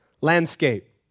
landscape